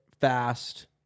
Fast